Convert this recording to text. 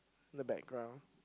the background